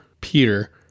Peter